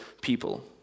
people